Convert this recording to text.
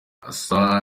asa